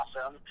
awesome